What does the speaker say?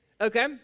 Okay